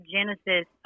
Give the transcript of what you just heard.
Genesis